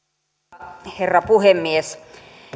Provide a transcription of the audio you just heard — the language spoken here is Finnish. arvoisa herra puhemies